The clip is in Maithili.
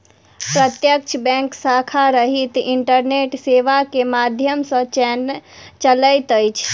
प्रत्यक्ष बैंक शाखा रहित इंटरनेट सेवा के माध्यम सॅ चलैत अछि